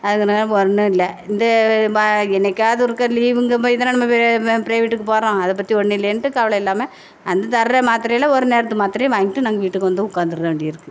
அதனால் ஒன்றுல்ல இந்த ப என்றைக்காது ஒருக்கா லீவுங்குப் போய் தான நம்ம ப்ரை ப்ரைவேட்டுக்கு போகிறோம் அதைப் பற்றி ஒன்னுல்லேன்ட்டு கவலை இல்லாமல் அந்த தர மாத்திரையில ஒரு நேரத்து மாத்திரைய நாங்கள் வாங்கிட்டு வீட்டுக்கு வந்து உட்காந்துர வேண்டியிருக்குது